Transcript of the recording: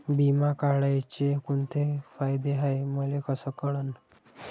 बिमा काढाचे कोंते फायदे हाय मले कस कळन?